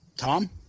Tom